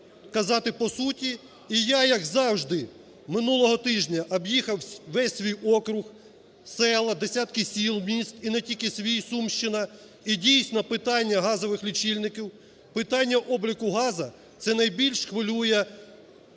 казати по суті. І я, як завжди, минулого тижня об'їхав весь свій округ, села, десятки сіл, міст і не тільки свій, Сумщина. І дійсно питання газових лічильників, питання обліку газу – це найбільш хвилює